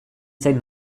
zain